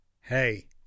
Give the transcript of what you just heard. hey